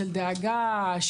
של דאגה,